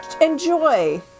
enjoy